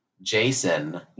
jason